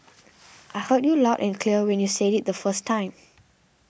I heard you loud and clear when you said it the first time